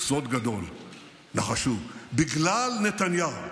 סוד גדול, נחשו, בגלל נתניהו.